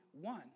One